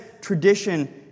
tradition